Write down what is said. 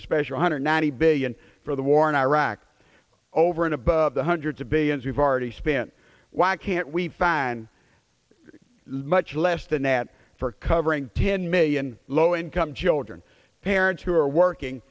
a special hundred ninety billion for the war in iraq over and above the hundreds of billions we've already spent why can't we find much less than that for covering ten million low income children parents who are working